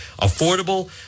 affordable